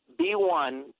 B1